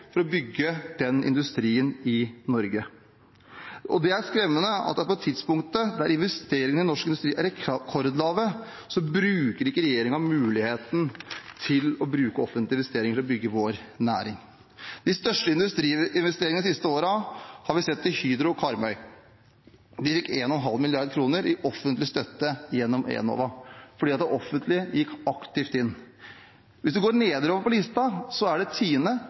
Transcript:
for å bygge den industrien i Norge. Det er skremmende at på det tidspunktet når investeringene i norsk industri er rekordlave, bruker ikke regjeringen muligheten til å bruke offentlige investeringer til å bygge vår næring. Den største industriinvesteringen de seneste årene har vi sett i forbindelse med Hydro på Karmøy. De fikk 1,5 mrd. kr i offentlig støtte gjennom Enova, fordi det offentlige gikk aktivt inn. Hvis man går nedover på listen, er det